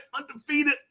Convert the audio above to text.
undefeated